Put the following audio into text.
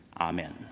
Amen